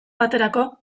baterako